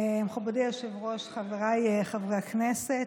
מכובדי היושב-ראש, חבריי חברי הכנסת,